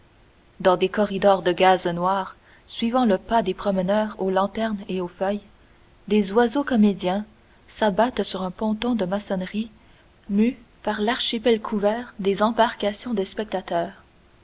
dans des corridors de gaze noire suivant le pas des promeneurs aux lanternes et aux feuilles des oiseaux comédiens s'abattent sur un ponton de maçonnerie mu par l'archipel couvert des embarcations des spectateurs